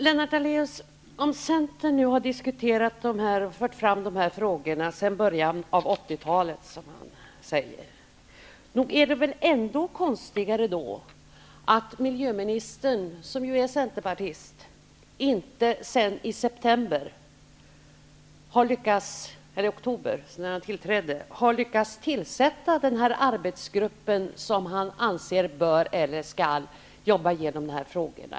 Men om Centern nu har fört fram dessa frågor sedan början av 80-talet, som Lennart Daléus säger, är det väl ännu konstigare att miljöministern, som ju är centerpartist, inte sedan oktober har lyckats tillsätta den arbetsgrupp som han anser bör eller skall jobba igenom dessa frågor.